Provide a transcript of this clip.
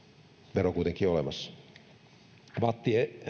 vero kuitenkin olemassa vatt